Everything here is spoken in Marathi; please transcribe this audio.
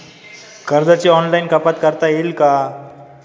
कर्जाची ऑनलाईन कपात करता येईल का?